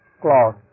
cloth